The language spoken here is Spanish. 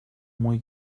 muy